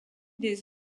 des